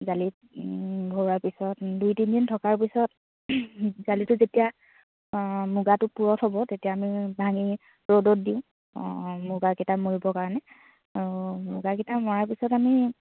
জালিত ভৰোৱা পিছত দুই তিনি দিন থকাৰ পিছত জালিটো যেতিয়া মুগাটো পুৰঠ হ'ব তেতিয়া আমি ভাঙি ৰ'দত দিওঁ মুগাকিটা মৰিবৰ কাৰণে আৰু মুগাকিটা মৰাৰ পিছত আমি